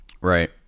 Right